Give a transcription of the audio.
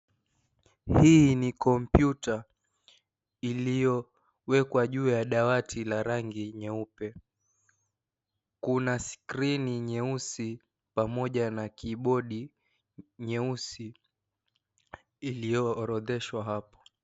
Hii ni kompyuta iliyowekwa juu ya dawati la rangi nyeupe. Kuna skrini nyeusi pamoja na kibodi nyeusi iliyo orodheshwa hapa.